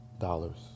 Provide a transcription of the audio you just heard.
Dollars